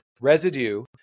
residue